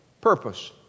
purpose